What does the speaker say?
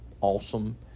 awesome